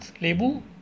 label